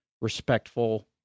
respectful